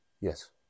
Yes